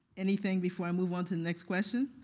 anything before i move onto the next question?